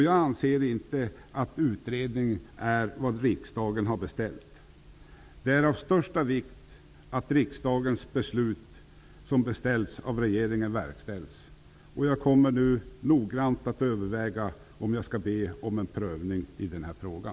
Jag anser inte att utredning är vad riksdagen har beställt. Det är av största vikt att regeringen verkställer den beställning som riksdagens beslut innebär. Jag kommer nu noggrant att överväga om jag skall be om en prövning i den här frågan.